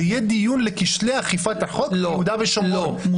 שיהיה דיון לכשלי אכיפת החוק ביהודה בשומרון,